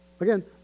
Again